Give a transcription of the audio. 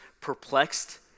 perplexed